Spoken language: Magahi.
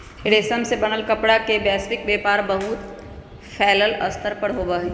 रेशम से बनल कपड़ा के वैश्विक व्यापार बहुत फैल्ल स्तर पर होबा हई